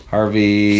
Harvey